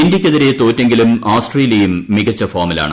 ഇന്ത്യയ്ക്കെതിരെ തോറ്റെങ്കിലും ഓസ്ട്രേലിയയും മികച്ച ഫോമിലാണ്